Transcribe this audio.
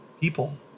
people